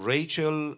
Rachel